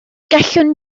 gallwn